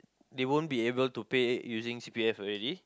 they won't be able to pay using C_P_F already